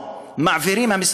הוא שואב אותה מאלה שבחרו אותו,